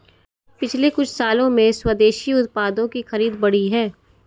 पिछले कुछ सालों में स्वदेशी उत्पादों की खरीद बढ़ी है